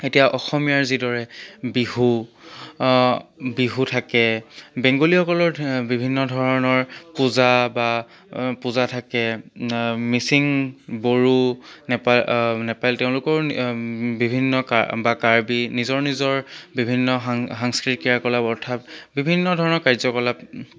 এতিয়া অসমীয়াৰ যিদৰে বিহু বিহু থাকে বেংগলীসকলৰ বিভিন্ন ধৰণৰ পূজা বা পূজা থাকে মিচিং বড়ো নেপা নেপালী তেওঁলোকৰো বিভিন্ন কা বা কাৰ্বি নিজৰ নিজৰ বিভিন্ন সাং সাংস্কৃতিক ক্ৰিয়াকলাপ অৰ্থাত বিভিন্ন ধৰণৰ কাৰ্য্যকলাপ